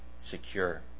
secure